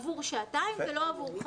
עבור שעתיים ולא עבור חמש שעו.